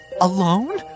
Alone